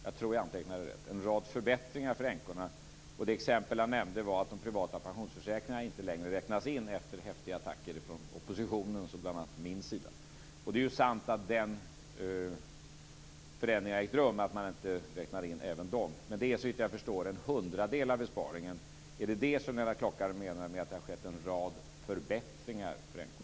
Jag tror att jag antecknade rätt, en rad förbättringar för änkorna. Det exempel han nämnde var att de privata pensionsförsäkringarna inte längre räknas in, efter häftiga attacker från oppositionens och bl.a. min sida. Det är sant att den förändringen har ägt rum, att man inte räknar in även dem. Det är såvitt jag förstår en hundradel av besparingen. Är det detta som Lennart Klockare menar med att det har skett en rad förbättringar för änkorna?